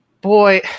boy